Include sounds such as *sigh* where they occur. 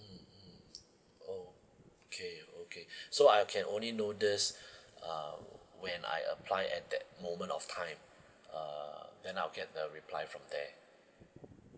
mmhmm okay okay *breath* so I can only know this *breath* uh when I apply at that moment of time uh then I'll get a reply from there